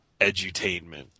edutainment